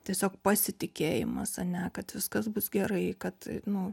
tiesiog pasitikėjimas ane kad viskas bus gerai kad nu